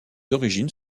origines